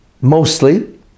mostly